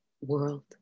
world